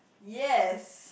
yes